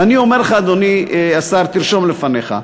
ואני אומר לך, אדוני השר, תרשום לפניך: